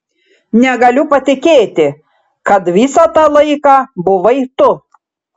negaliu patikėti kad visą tą laiką buvai tu